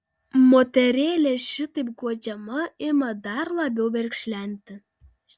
moterėlė šitaip guodžiama ima dar labiau verkšlenti